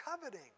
coveting